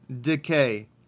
decay